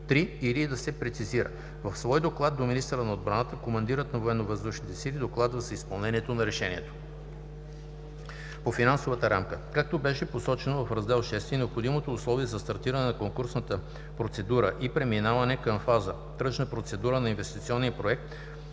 3 или да се прецизира. В свой доклад до министъра на отбраната командирът на Военно въздушните сили докладва за изпълнението на решението. По финансовата рамка Както беше посочено в Раздел VI, необходимо условие за стартиране на конкурсната процедура и преминаване към фаза „Тръжна процедура“ на инвестиционния проект